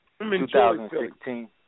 2016